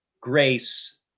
grace